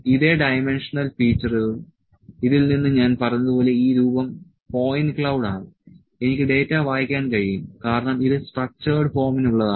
ഇതേ ഡൈമെൻഷനൽ ഫീച്ചറും ഇതിൽ നിന്ന് ഞാൻ പറഞ്ഞതുപോലെ ഈ രൂപം പോയിന്റ് ക്ളൌഡ് ആണ് എനിക്ക് ഡാറ്റ വായിക്കാൻ കഴിയും കാരണം ഇത് സ്ട്രക്ചേഡ് ഫോമിനുള്ളതാണ്